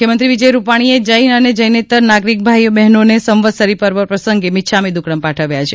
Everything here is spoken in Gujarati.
મુખ્યમંત્રી વિજય રૂપાણીએ જૈન અને જૈનેતર નાગરિક ભાઈ બહેનોને સંવત્સરી પર્વ પ્રસંગે મિચ્છામી દ્વક્કડમ્ પાઠવ્યા છે